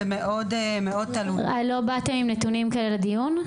זה מאוד מאוד תלוי --- לא באתם עם נתונים כאלה לדיון?